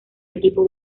equipo